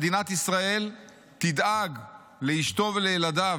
מדינת ישראל תדאג לאשתו ולילדיו.